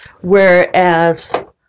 Whereas